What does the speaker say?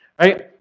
right